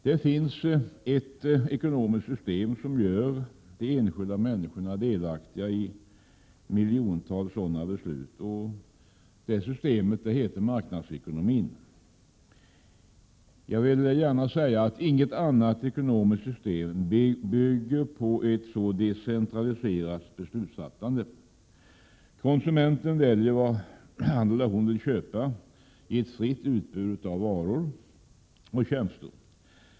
Det finns ett ekonomiskt system som gör de enskilda människorna delaktiga i miljontals sådana beslut, och det systemet heter marknadsekonomi. Inget annat ekonomiskt system bygger på ett så decentraliserat beslutsfattande. Konsumenten väljer vad han eller hon vill köpa i ett fritt utbud av varor och tjänster.